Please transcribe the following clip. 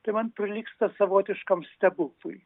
tai man prilygsta savotiškam stebuklui